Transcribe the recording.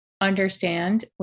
understand